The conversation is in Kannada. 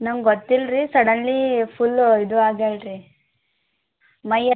ನಂಗೆ ಗೊತ್ತಿಲ್ಲ ರೀ ಸಡನ್ಲೀ ಫುಲ್ಲು ಇದು ಆಗಿದಾಳ್ ರೀ ಮೈ